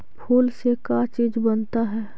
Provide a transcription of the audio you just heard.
फूल से का चीज बनता है?